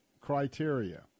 criteria